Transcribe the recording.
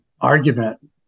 argument